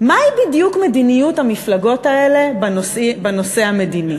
מהי בדיוק מדיניות המפלגות האלה בנושא המדיני.